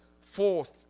fourth